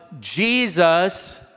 Jesus